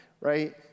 Right